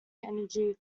energy